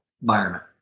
environment